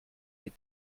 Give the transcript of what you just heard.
les